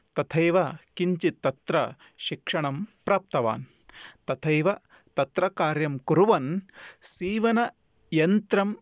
तथैव किञ्चित् तत्र शिक्षणं प्राप्तवान् तथैव तत्र कार्यं कुर्वन् सीवनयन्त्रं